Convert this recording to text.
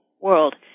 world